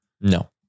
No